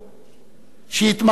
שהתמחה בכלכלה,